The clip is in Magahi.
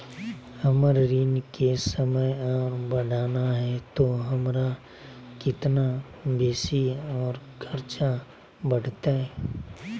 हमर ऋण के समय और बढ़ाना है तो हमरा कितना बेसी और खर्चा बड़तैय?